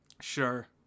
Sure